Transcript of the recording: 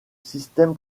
système